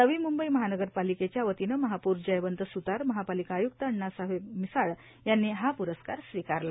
नवी मुंबई महानगरपालिकेच्या वतीनं महापौर जयवंत सुतार महापालिका आयुक्त अण्णासाहेब मिसाळ यांनी हा पुरस्कार स्वीकारला